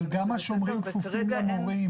אבל גם השומרים כפופים למנהל.